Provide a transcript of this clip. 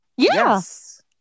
Yes